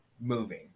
moving